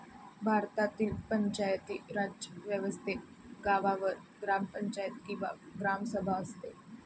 भारतातील पंचायती राज व्यवस्थेत गावावर ग्रामपंचायत किंवा ग्रामसभा असते